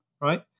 right